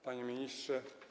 Panie Ministrze!